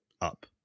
up